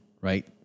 right